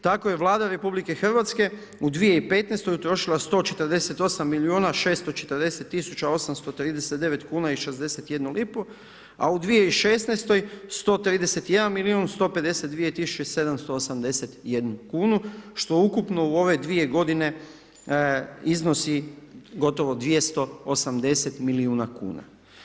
Tako je Vlada RH u 2015. utrošila 148 milijuna 640 tisuća 839 kuna i 61 lipu, a u 2016. 131 milijun 152 tisuće i 781 kunu, što ukupno u ove 2 g. iznosi gotovo 280 milijuna kuna.